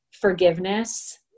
forgiveness